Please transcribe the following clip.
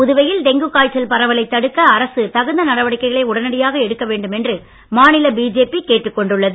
புதுவையில் டெங்கு காய்ச்சல் பரவலைத் தடுக்க அரசு தகுந்த நடவடிக்கைகளை உடனடியாக எடுக்க வேண்டும் என்று மாநில பிஜேபி கேட்டுக் கொண்டுள்ளது